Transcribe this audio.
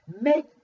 make